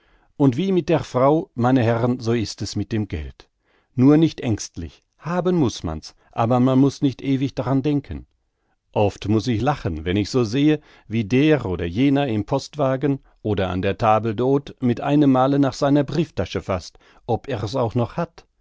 und wie mit der frau meine herren so mit dem geld nur nicht ängstlich haben muß man's aber man muß nicht ewig daran denken oft muß ich lachen wenn ich so sehe wie der oder jener im postwagen oder an der table d'hte mit einem male nach seiner brieftasche faßt ob er's auch noch hat